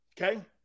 Okay